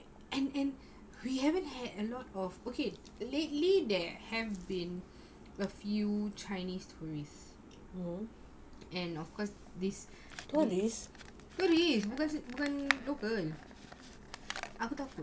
and and we haven't had a lot of okay lately there have been a few chinese tourists tourists bukan bukan local aku takut